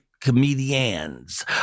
comedians